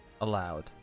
allowed